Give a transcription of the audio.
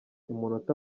umunota